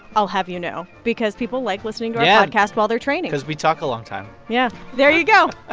i'll have you know, because people like listening to our. yeah. podcast while they're training because we talk a long time yeah. there you go